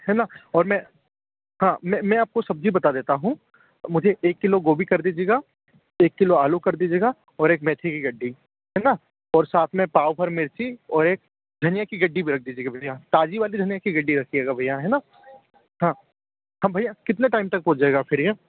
है ना और मैं हाँ मैं मैं आपको सब्ज़ी बता देता हूँ मुझे एक किलो गोभी कर दीजिएगा एक किलो आलू कर दीजिएगा और एक मेथी की गड्डी है ना और साथ में पाव भर मिर्ची और एक धनिया की गड्डी भी रख दीजिएगा भैया ताज़ी वाली धनिया की गड्डी रखिएगा भैया है ना हाँ हाँ भैया कितने टाइम तक पहुँच जाएगा फिर ये